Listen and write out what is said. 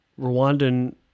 Rwandan